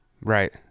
right